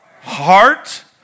heart